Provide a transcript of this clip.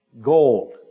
Gold